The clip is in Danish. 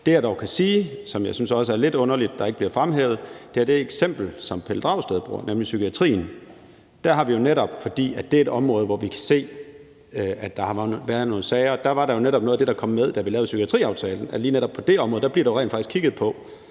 Det, jeg dog kan sige, hvilket jeg synes er lidt underligt ikke bliver fremhævet, er det eksempel, som Pelle Dragsted bruger, nemlig psykiatrien. Fordi det er et område, hvor vi kan se, at der har været nogle sager, var det netop noget af det, der kom med, da vi lavede psykiatriaftalen, og lige netop på det område bliver der jo rent faktisk kigget på,